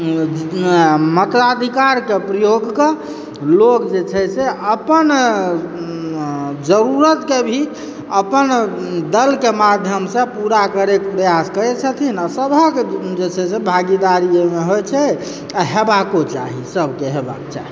मताधिकारकऽ प्रयोगकऽ लोग जे छै से अपन जरूरतके भी अपन दलके माध्यमसँ पूरा करयकऽ प्रयास करैत छथिन आ सभक जे छै से भागीदारी ओहिमऽ होयत छै आ हेबाको चाही सभके हेबाक चाही